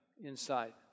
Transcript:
inside